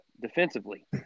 defensively